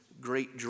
great